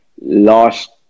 last